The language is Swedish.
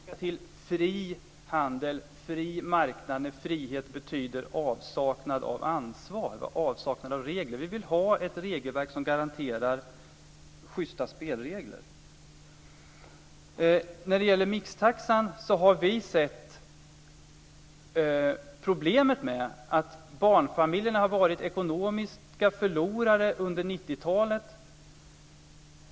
Herr talman! Vi är kritiska till fri handel och fri marknad när frihet betyder avsaknad av ansvar och avsaknad av regler. Vi vill ha ett regelverk som garanterar schysta spelregler. När det gäller mixtaxan har vi sett problemet med att barnfamiljerna har varit ekonomiska förlorare under 90-talet.